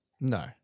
No